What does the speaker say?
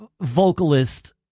vocalist